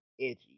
Edgy